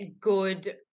good